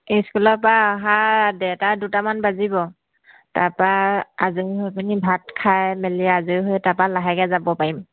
ইস্কুলৰপৰা অহাৰ ডেৰটা দুটামান বাজিব তাৰপৰা আজৰি হৈ পিনি ভাত খাই মেলি আজৰি হৈ তাৰপৰা লাহেকৈ যাব পাৰিম